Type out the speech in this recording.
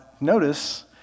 notice